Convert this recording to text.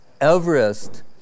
Everest